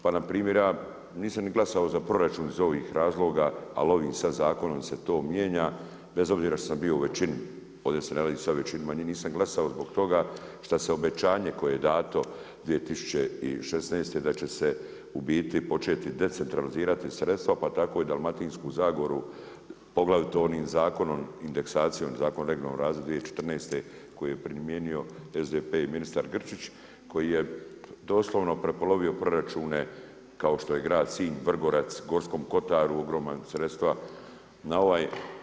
Pa npr. ja nisam ni glasao za proračun iz ovih razloga ali ovim sada zakonom se to mijenja, bez obzira što sam bio u većini, ovdje se ne radi sada o većini, nisam glasao zbog toga šta se obećanje koje je dano 2016. da će se u biti početi decentralizirati sredstva, pa tako i Dalmatinsku zagoru, poglavito onim zakonom, indeksacijom, Zakonom o regionalnom razvoju 2014. koji je primijenio SDP i ministar Grčić koji je doslovno prepolovio proračune kao što je grad Sinj, Vrgorac, Gorskom kotaru, ogromna sredstva na ovaj.